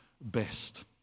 best